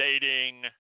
dating